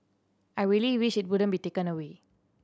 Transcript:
I really wish it wouldn't be taken away